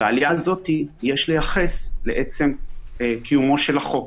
את העלייה הזאת יש לייחס לעצם קיומו של החוק.